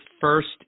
first